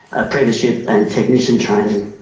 apprenticeship and technician training,